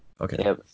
Okay